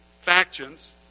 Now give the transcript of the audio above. factions